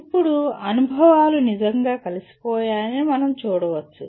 ఇప్పుడు అనుభవాలు నిజంగా కలిసిపోయాయని మనం చూడవచ్చు